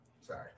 sorry